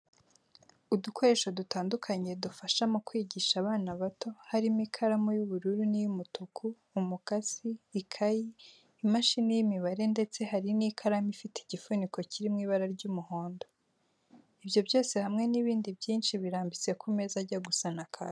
Udukoresho dutandukanye dufasha mu kwigisha abana bato, harimo ikaramu y'ubururu n'iy'umutuku, umukasi, ikaye, imashini y'imibare ndetse hari n'ikaramu ifite igifuniko kiri mu ibara ry'umuhondo. Ibyo byose hamwe n'ibindi byinshi birambitse ku meza ajya gusa na kaki.